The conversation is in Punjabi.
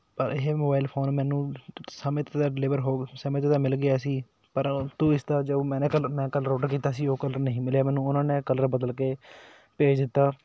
ਇਹ ਮੋਬਾਇਲ ਫੋਨ ਮੈਨੂੰ ਸਮੇਂ 'ਤੇ ਤਾਂ ਡਿਲੀਵਰ ਹੋ ਸਮੇਂ 'ਤੇ ਤਾਂ ਮਿਲ ਗਿਆ ਸੀ ਪਰ ਤੂੰ ਇਸਦਾ ਜੋ ਮੈਨੇ ਕੱਲ੍ਹ ਮੈਂ ਕਲਰ ਔਡਰ ਕੀਤਾ ਸੀ ਉਹ ਕਲਰ ਨਹੀਂ ਮਿਲਿਆ ਮੈਨੂੰ ਉਹਨਾਂ ਨੇ ਕਲਰ ਬਦਲ ਕੇ ਭੇਜ ਦਿੱਤਾ